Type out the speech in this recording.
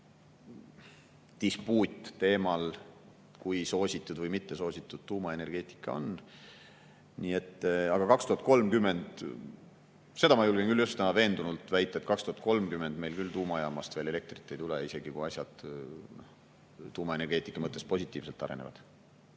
dispuut teemal, kui soositud või mittesoositud tuumaenergeetika on. Aga 2030, seda ma julgen küll üsna veendunult väita, meil tuumajaamast veel elektrit ei tule, isegi kui asjad tuumaenergeetika mõttes positiivselt arenevad.